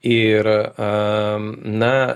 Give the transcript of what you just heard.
ir a na